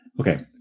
Okay